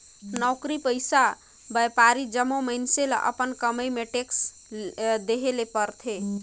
नउकरी पइसा, बयपारी जम्मो मइनसे ल अपन कमई में टेक्स देहे ले परथे